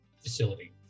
facility